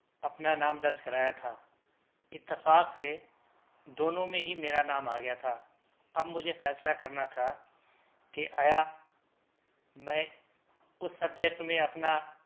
اپنا نام درج کرایا تھا اتفاق سے دونوں میں ہی میرا نام آ گیا تھا اب مجھے فیصلہ کرنا تھا کہ آیا میں اس سبجیکٹ میں اپنا